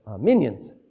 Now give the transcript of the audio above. minions